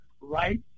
right